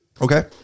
okay